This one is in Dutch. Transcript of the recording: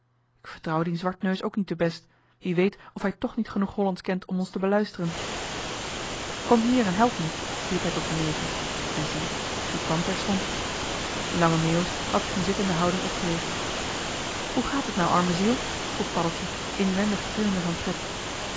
k vertrouw dien zwartneus ook niet te best wie weet of hij toch niet genoeg hollandsch kent om ons te beluisteren kom hier en help me riep hij tot den neger en zie die kwam terstond lange meeuwis had zich in zittende houding opgericht hoe gaat het nou arme ziel vroeg paddeltje inwendig trillende van pret